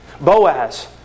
Boaz